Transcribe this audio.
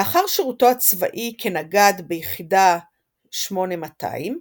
לאחר שירותו הצבאי כנגד ביחידה 8200,